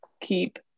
keep